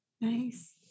Nice